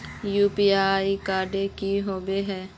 UPI की होबे है?